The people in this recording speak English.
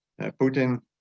Putin